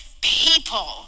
people